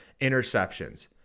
interceptions